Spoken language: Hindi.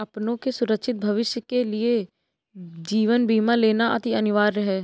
अपनों के सुरक्षित भविष्य के लिए जीवन बीमा लेना अति अनिवार्य है